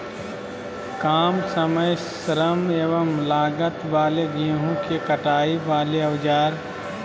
काम समय श्रम एवं लागत वाले गेहूं के कटाई वाले औजार?